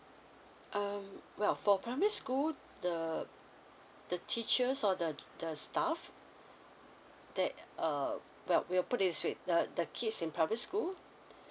um well for primary school the the teacher or the the staff that err well we'll put it this way uh the kids in public school